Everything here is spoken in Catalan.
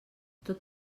tot